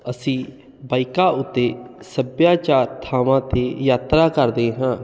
ਅਸੀਂ ਬਾਈਕਾਂ ਉੱਤੇ ਸੱਭਿਆਚਾਰ ਥਾਵਾਂ 'ਤੇ ਯਾਤਰਾ ਕਰਦੇ ਹਾਂ